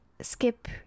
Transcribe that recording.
skip